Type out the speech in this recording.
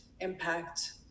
impact